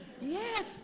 yes